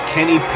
Kenny